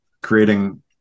creating